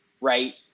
right